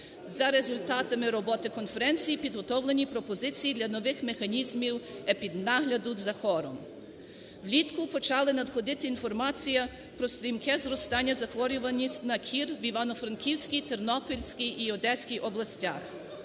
За результатами роботи конференції підготовлені пропозиції для нових механізмів епіднагляду за кором. Влітку почала надходити інформація про стрімке зростання захворюваності на кір в Івано-Франківській, Тернопільській і Одеській областях.